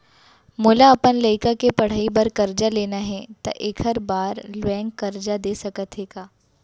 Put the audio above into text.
मोला अपन लइका के पढ़ई बर करजा लेना हे, त एखर बार बैंक करजा दे सकत हे का?